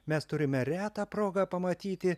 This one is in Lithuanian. mes turime retą progą pamatyti